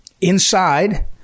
inside